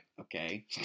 Okay